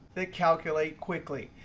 then calculate quickly.